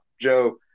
Joe